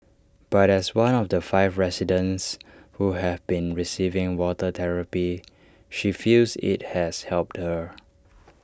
but as one of the five residents who have been receiving water therapy she feels IT has helped her